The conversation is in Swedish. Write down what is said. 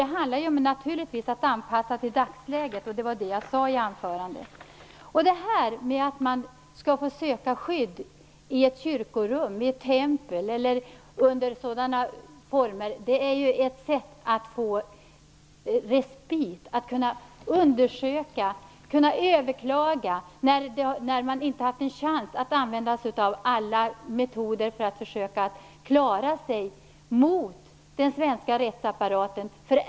Det handlar ju naturligtvis om att anpassa sig till dagsläget, och det sade jag också i anförandet. Detta att man skall kunna söka skydd i ett kyrkorum eller i ett tempel under dessa former är ett sätt att få respit. Man skall kunna undersöka och överklaga, när man inte har haft en chans att använda sig av alla metoder för att klara sig mot den svenska rättsapparaten.